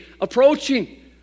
approaching